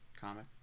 comic